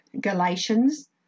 Galatians